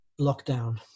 lockdown